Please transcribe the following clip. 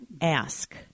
ask